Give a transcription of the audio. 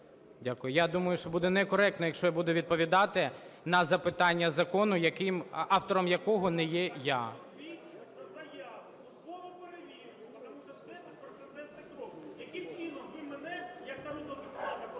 Я думаю, що буде некоректно, якщо я буду відповідати на запитання закону, автором якого не є я.